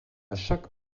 chaque